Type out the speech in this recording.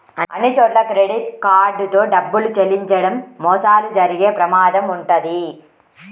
అన్నిచోట్లా credit card తో డబ్బులు చెల్లించడం మోసాలు జరిగే ప్రమాదం వుంటది